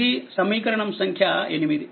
ఇది సమీకరణం సంఖ్య 8